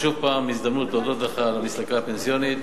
שוב, זאת הזדמנות להודות לך על המסלקה הפנסיונית.